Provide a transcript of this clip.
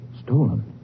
Stolen